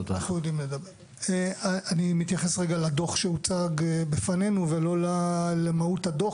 אני מתייחס לדוח שהוצג בפנינו ולא למהות הדוח,